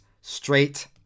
straight